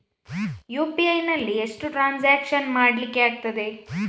UPI ನಲ್ಲಿ ಎಷ್ಟು transaction ಮಾಡ್ಲಿಕ್ಕೆ ಆಗ್ತದೆ?